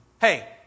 Hey